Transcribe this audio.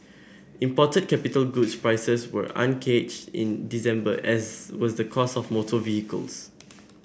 imported capital goods prices were unchanged in December as was the cost of motor vehicles